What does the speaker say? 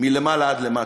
מלמעלה עד למטה,